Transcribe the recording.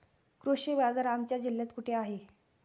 कृषी बाजार आमच्या जिल्ह्यात कुठे आहे?